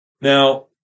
Now